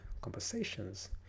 conversations